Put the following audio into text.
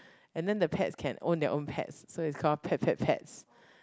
and then the pets can own their own pets so is call pet pet pets